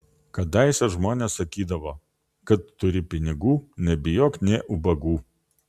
kadaise žmonės sakydavo kad turi pinigų nebijok nė ubagų